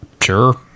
Sure